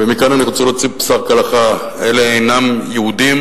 ומכאן אני רוצה להוציא פסק הלכה: אלה אינם יהודים.